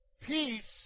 Peace